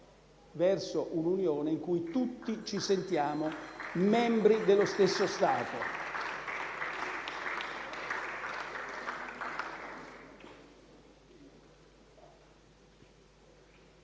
verso un'unione in cui tutti ci sentiamo membri dello stesso Stato.